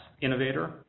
innovator